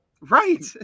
Right